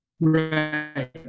Right